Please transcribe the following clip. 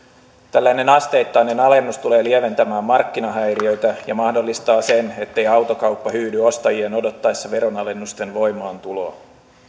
tällainen asteittainen alennus tulee lieventämään markkinahäiriöitä ja mahdollistaa sen ettei autokauppa hyydy ostajien odottaessa veronalennusten voimaantuloa